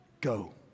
go